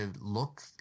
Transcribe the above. look